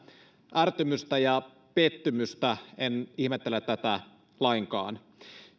ärtymystä ja pettymystä en ihmettele tätä lainkaan